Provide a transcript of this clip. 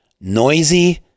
noisy